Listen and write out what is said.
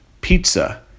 Pizza